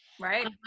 Right